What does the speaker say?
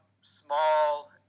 small